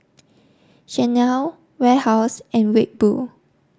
Chanel Warehouse and Red Bull